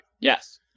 Yes